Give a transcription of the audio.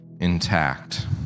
intact